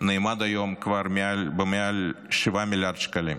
נאמד היום כבר במעל 7 מיליארד שקלים.